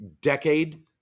decade